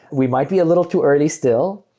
we might be a little too early still,